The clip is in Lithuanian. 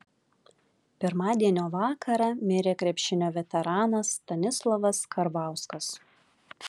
pirmadienio vakarą mirė krepšinio veteranas stanislovas karvauskas